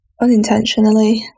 unintentionally